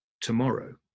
tomorrow